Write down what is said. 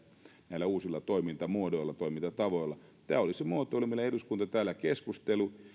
näillä uusilla toimintamuodoilla toimintatavoilla tämä oli se muotoilu mistä eduskunta täällä keskusteli